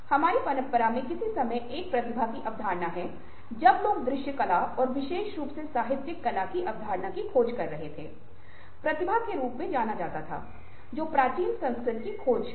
हमारी परंपरा में किसी समय एक प्रतिभा की अवधारणा है जब लोग दृश्य कला और विशेष रूप से साहित्यिक कला की अवधारणा की खोज कर रहे थे प्रतिभा के रूप में जाना जाता था जो प्राचीन संस्कृत में खोजी गई थी